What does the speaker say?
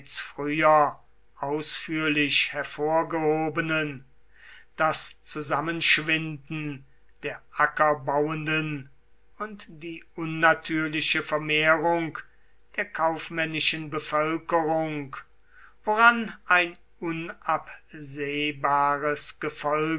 früher ausführlich hervorgehobenen das zusammenschwinden der ackerbauenden und die unnatürliche vermehrung der kaufmännischen bevölkerung woran ein unabsehbares gefolge